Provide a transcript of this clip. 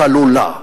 חלולה.